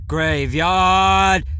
Graveyard